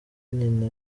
nyina